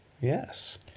Yes